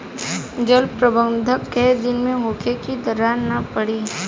जल प्रबंधन केय दिन में होखे कि दरार न पड़ी?